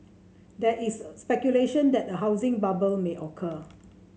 there is speculation that a housing bubble may occur